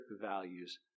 values